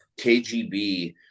kgb